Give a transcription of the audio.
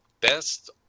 Best